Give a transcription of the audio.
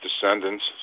descendants